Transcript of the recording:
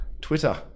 Twitter